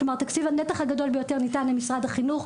כלומר הנתח הגדול ביותר ניתן למשרד החינוך.